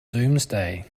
doomsday